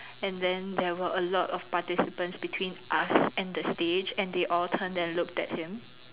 and then there were a lot of participants between us and the stage and they all turned and looked at him